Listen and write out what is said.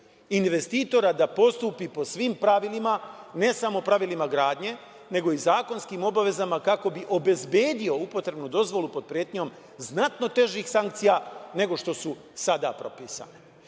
investitora da postupi po svim pravilima, ne samo pravilima gradnje, nego i zakonskim obavezama kako bi obezbedio upotrebnu dozvolu pot pretnjom znatno težih sankcija, nego što su sada propisane. Mislim